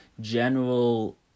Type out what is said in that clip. general